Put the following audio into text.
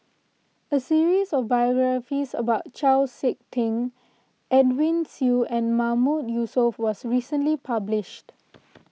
a series of biographies about Chau Sik Ting Edwin Siew and Mahmood Yusof was recently published